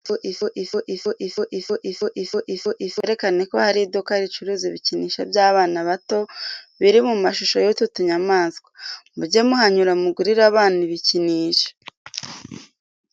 Akajangwe, agakwavu, ifi, n'inkoko muri ibi uretse agapusi ibindi byose biraribwa kandi uretse ifi, ibindi byose byororerwa mu rugo. Gusa babishyize hano kugira ngo berekane ko hari iduka ricuruza ibikinisho by'abana bato biri mu mashusho y'utu tunyamaswa mujye muhanyura mugurire abana ibikinisho.